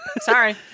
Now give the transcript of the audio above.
Sorry